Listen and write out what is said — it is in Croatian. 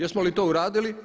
Jesmo li to uradili?